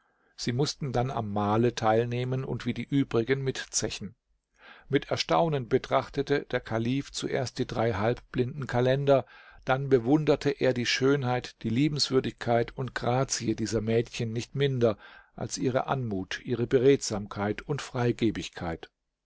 sie mußten dann am mahle teilnehmen und wie die übrigen mitzechen mit erstaunen betrachtete der kalif zuerst die drei halbblinden kalender dann bewunderte er die schönheit die liebenswürdigkeit und grazie dieser mädchen nicht minder als ihre anmut ihre beredsamkeit und